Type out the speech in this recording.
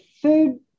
food